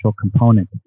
component